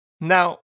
Now